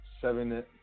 Seven